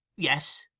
Yes